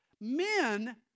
Men